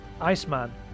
Iceman